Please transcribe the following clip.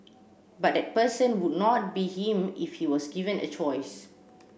but that person would not be him if he was given a choice